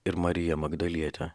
ir marija magdalietė